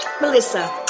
Melissa